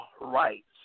rights